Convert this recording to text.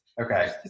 Okay